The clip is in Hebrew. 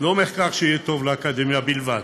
לא מחקר שיהיה טוב לאקדמיה בלבד.